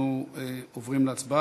אנחנו עוברים להצבעה.